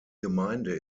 gemeinde